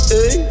Hey